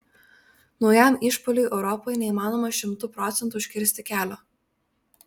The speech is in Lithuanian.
naujam išpuoliui europoje neįmanoma šimtu procentų užkirsti kelio